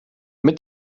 mit